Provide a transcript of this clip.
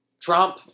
trump